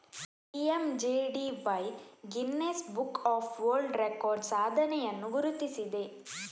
PMJDY Guinness book of world records ಸಾಧನೆಯನ್ನು ಗುರುತಿಸಿದೆ